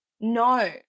no